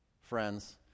friends